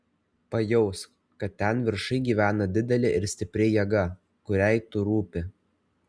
pajausk kad ten viršuj gyvena didelė ir stipri jėga kuriai tu rūpi